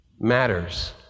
matters